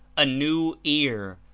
a new ear,